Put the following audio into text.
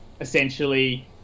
essentially